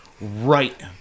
right